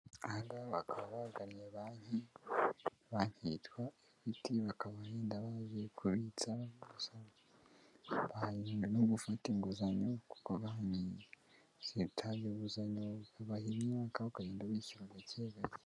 Abangaba bakaba bagannye bank. Bank yitwa Equity, bakaba wenda baje kubitsa, gusaba no gufata inguzanyo kuko bank zitanga inguzanyo ,babasha umwaka, noneho uakajya wishyura make make.